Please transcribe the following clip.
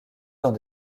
dans